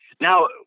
Now